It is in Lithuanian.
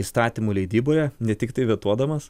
įstatymų leidyboje ne tiktai vetuodamas